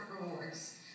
rewards